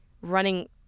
running